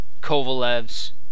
Kovalev's